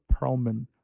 Perlman